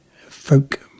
folk